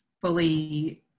fully